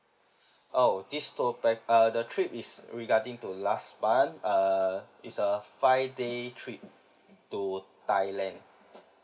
oh this two pack uh the trip is regarding to last one uh it's a five day trip to thailand